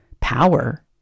power